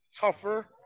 tougher